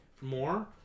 more